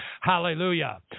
hallelujah